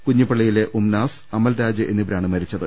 കുഞ്ഞിപ്പ ള്ളിയിലെ ഉംനാസ് അമൽരാജ് എന്നിവരാണ് മരിച്ചത്